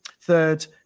third